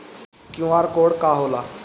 QR code का होला?